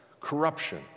corruption